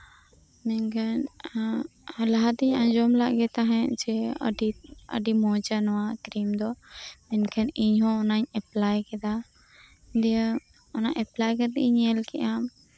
ᱱᱤᱝᱠᱟᱹ ᱞᱟᱦᱟᱛᱤᱧ ᱟᱸᱡᱚᱢ ᱞᱮᱫ ᱜᱮ ᱛᱟᱦᱮᱸᱫ ᱡᱮ ᱟᱹᱰᱤ ᱟᱹᱰᱤ ᱢᱚᱡᱽᱼᱟ ᱱᱤᱭᱟᱹ ᱠᱨᱤᱢ ᱫᱚ ᱢᱮᱱᱠᱷᱟᱱ ᱤᱧ ᱦᱚᱸ ᱚᱱᱟᱧ ᱮᱯᱞᱟᱭ ᱠᱮᱫᱟ ᱫᱤᱭᱮ ᱚᱱᱟ ᱮᱯᱞᱟᱭ ᱠᱟᱛᱮ ᱤᱧ ᱧᱮᱞ ᱠᱮᱫᱼᱟ